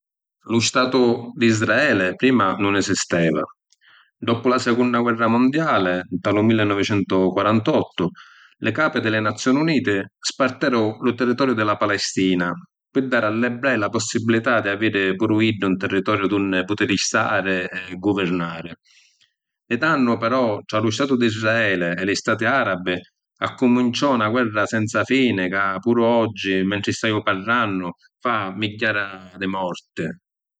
Lu Statu di Israele, prima nun esisteva. Doppu la secunna guerra mondiali, nta lu millinovicentuquarantottu, li capi di li Nazioni Uniti sparteru lu territoriu di la Palestina, pi dari a l’ebrei la possibbilità di aviri puru iddi un tirritoriu d’unni putiri stari e guvirnari. Di tannu però, tra lu statu d’Israele e li stati arabi, accuminciò na guerra senza fini ca puru oggi, mentri staiu parrannu, fa migghiara di morti.